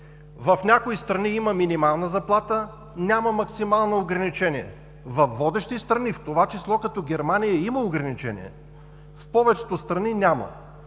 в някои страни има минимална заплата, няма максимално ограничение; във водещи страни, в това число като Германия, има ограничение; в повечето страни няма.